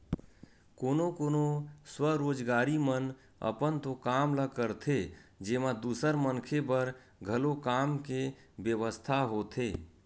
कोनो कोनो स्वरोजगारी मन अपन तो काम ल करथे जेमा दूसर मनखे बर घलो काम के बेवस्था होथे